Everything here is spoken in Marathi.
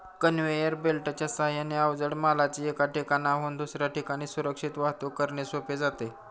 कन्व्हेयर बेल्टच्या साहाय्याने अवजड मालाची एका ठिकाणाहून दुसऱ्या ठिकाणी सुरक्षित वाहतूक करणे सोपे जाते